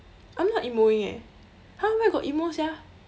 I'm not emoing eh !huh! where got emo sia